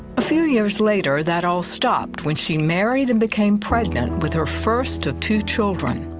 a few years later, that all stopped when she married and became pregnant with her first of two children.